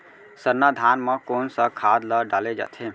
सरना धान म कोन सा खाद ला डाले जाथे?